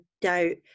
doubt